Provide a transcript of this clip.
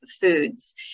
foods